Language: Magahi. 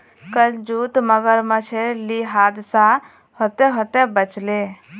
कल जूत मगरमच्छेर ली हादसा ह त ह त बच ले